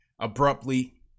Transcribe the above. abruptly